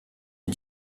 est